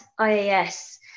IAS